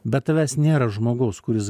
be tavęs nėra žmogaus kuris